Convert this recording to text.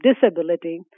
disability